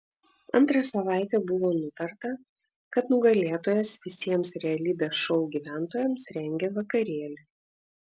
antrą savaitę buvo nutarta kad nugalėtojas visiems realybės šou gyventojams rengia vakarėlį